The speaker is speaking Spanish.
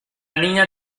niña